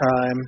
time